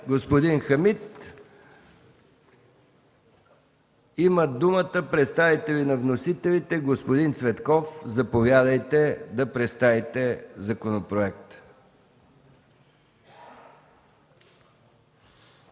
господин Хамид. Има думата представителят на вносителите господин Цветков. Заповядайте, за да представите законопроекта.